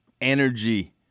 energy